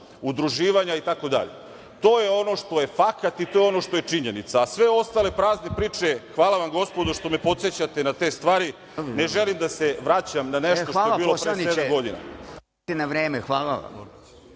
udruživanja, itd. To je ono što je fakat i to je ono što je činjenica, a sve ostalo prazne priče. Hvala vam gospodo što me podsećate na te stvari, ne želim da se vraćam na nešto što je bilo pre sedam godina. **Stojan Radenović** Hvala,